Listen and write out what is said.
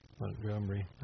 Montgomery